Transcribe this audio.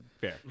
Fair